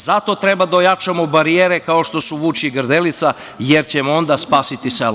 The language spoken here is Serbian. Zato treba da ojačamo barijere kao što su Vučje i Grdelica, jer ćemo onda spasiti selo.